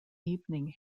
evening